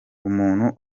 umuntu